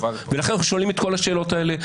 ולכן אנחנו שואלים את כל השאלות האלה.